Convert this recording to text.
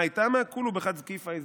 מאי טעמא כולהו בחד זקיפא אזדקיפו"